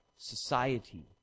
society